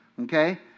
okay